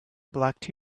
black